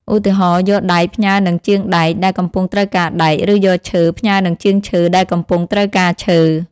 ឧទាហរណ៍ យកដែក ផ្ញើនឹងជាងដែក ដែលកំពុងត្រូវការដែក ឬយកឈើ ផ្ញើនឹងជាងឈើ ដែលកំពុងត្រូវការឈើ។